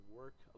work